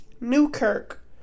Newkirk